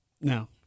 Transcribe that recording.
No